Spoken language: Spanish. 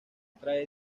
trae